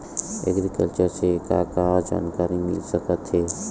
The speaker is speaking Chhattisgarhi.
एग्रीकल्चर से का का जानकारी मिल सकत हे?